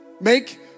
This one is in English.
Make